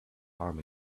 arm